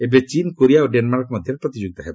ଏବେ ଚୀନ୍ କୋରିଆ ଓ ଡେନମାର୍କ ମଧ୍ୟରେ ପ୍ରତିଯୋଗିତା ହେବ